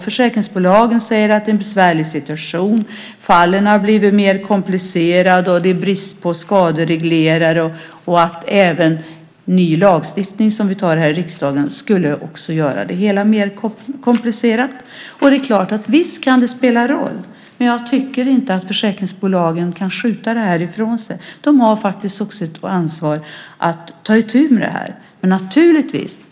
Försäkringsbolagen säger att det är en besvärlig situation, att fallen har blivit mer komplicerade, att det är brist på skadereglerare och att även ny lagstiftning som vi tar här i riksdagen skulle göra det hela mer komplicerat. Och visst kan det spela en roll, men jag tycker inte att försäkringsbolagen kan skjuta det ifrån sig. De har också ett ansvar att ta itu med det här.